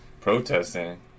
protesting